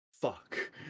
fuck